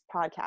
podcast